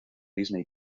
disney